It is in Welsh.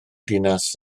dinas